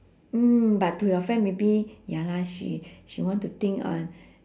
mm but to your friend maybe ya lah she she want to think uh